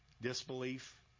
Disbelief